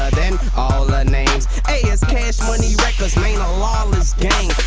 than all the names hey its cash money records man a lawless gang